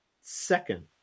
second